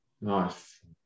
Nice